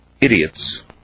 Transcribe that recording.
Idiots